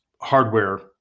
hardware